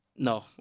No